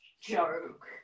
joke